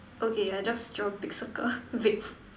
okay I just draw a big circle big